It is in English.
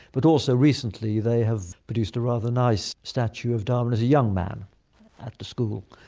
but also recently they have produced a rather nice statue of darwin as a young man at the school.